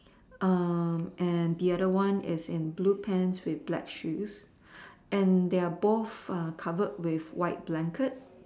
err and the other one is in blue pants with black shoes and they are both are covered with white blanket